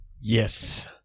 Yes